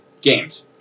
games